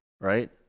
Right